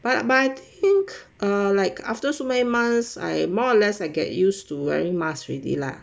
but but I think like after so many months I more or less I get used to wearing masks already lah